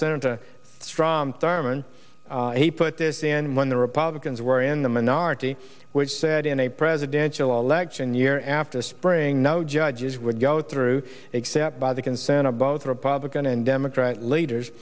senator strom thurmond he put this in when the republicans were in the minority which said in a presidential election year after spring no judges would go through except by the consent of both republican and democrat leaders